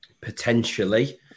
potentially